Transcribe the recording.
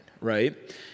Right